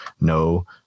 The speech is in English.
No